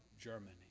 Germany